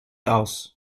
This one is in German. aus